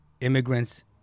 immigrants